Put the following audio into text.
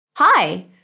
Hi